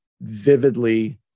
vividly